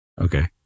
okay